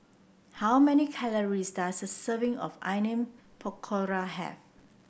how many calories does a serving of Onion Pakora have